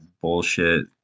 bullshit